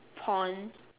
pond